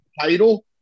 title